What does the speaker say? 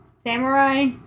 Samurai